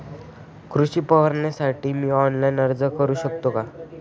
कृषी परवान्यासाठी मी ऑनलाइन अर्ज करू शकतो का?